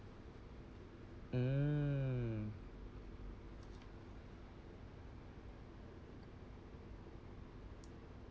mm